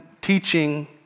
teaching